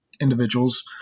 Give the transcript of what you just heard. individuals